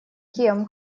кем